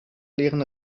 leeren